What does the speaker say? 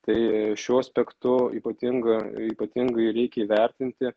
tai šiuo aspektu ypatinga ypatingai reikia įvertinti